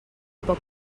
poc